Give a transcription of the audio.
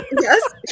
Yes